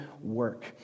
work